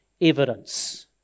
evidence